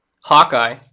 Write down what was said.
Hawkeye